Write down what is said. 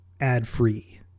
ad-free